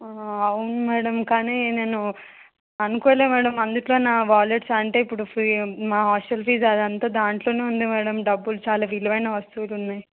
అవును మ్యాడమ్ కానీ నేను అనుకోలేదు మ్యాడమ్ అందులో నా వాలెట్స్ అంటే ఇప్పుడు ఫీ నా హాస్టల్ ఫీజ్ అది అంతా దాంట్లోనే ఉంది మేడం డబ్బులు చాలా విలువైన వస్తువులు ఉన్నాయి